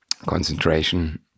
concentration